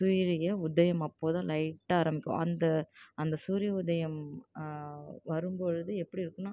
சூரிய உதயம் அப்போது தான் லைட்டாக ஆரம்மிக்கும் அந்த அந்த சூரிய உதயம் வரும்பொழுது எப்படி இருக்கும்னால்